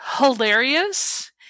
hilarious